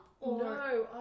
No